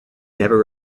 never